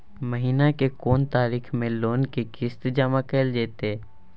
महीना के कोन तारीख मे लोन के किस्त जमा कैल जेतै?